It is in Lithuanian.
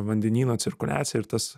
vandenyno cirkuliaciją ir tas